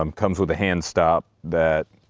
um comes with a hand stop that.